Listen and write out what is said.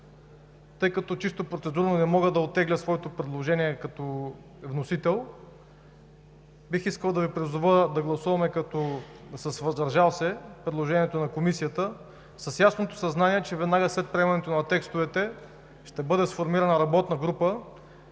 Тъй като чисто процедурно не мога да оттегля своето предложение като вносител, бих искал да Ви призова да гласуваме „въздържал се“ предложението на Комисията с ясното съзнание, че веднага след приемането на текстовете ще бъде сформирана работна група